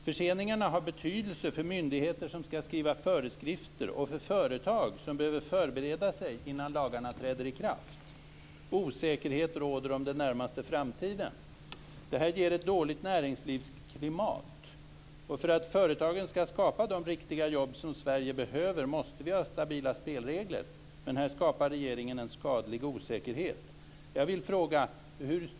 Förseningarna har betydelse för myndigheter som skall skriva föreskrifter och för företag som behöver förbereda sig innan lagarna träder i kraft. Osäkerhet råder om den närmaste framtiden. Det ger ett dåligt näringslivsklimat. För att företagen skall skapa de riktiga jobb som Sverige behöver måste vi ha stabila spelregler. Men här skapar regeringen en skadlig osäkerhet.